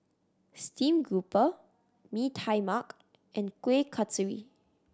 stream grouper Mee Tai Mak and Kuih Kasturi